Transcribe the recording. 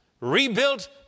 Rebuilt